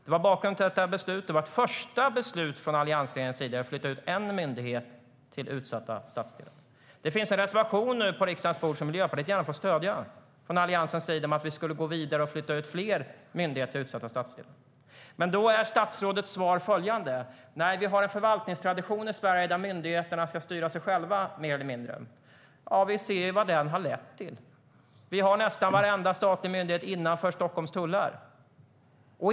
Det var bakgrunden till beslutet, som var ett första beslut från alliansregeringen om att flytta ut en myndighet till en utsatt stadsdel. Det finns en reservation från Alliansen på riksdagens bord nu som Miljöpartiet gärna får stödja. Den innebär att vi skulle vilja gå vidare och flytta ut fler myndigheter till utsatta stadsdelar. Statsrådets svar är att vi har en förvaltningstradition i Sverige där myndigheterna mer eller mindre ska styra sig själva. Ja, vi ser ju vad den har lett till. Vi har nästan varenda statlig myndighet innanför Stockholms tullar.